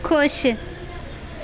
ਖੁਸ਼